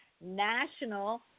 national